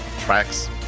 Tracks